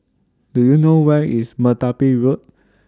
Do YOU know Where IS Merpati Road